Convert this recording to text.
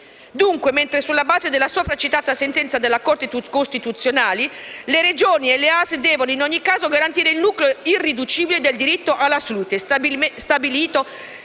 Dunque, sulla base della sopra citata sentenza della Corte costituzionale, le Regioni e le ASL devono «in ogni caso» garantire il nucleo irriducibile del diritto alla salute» stabilito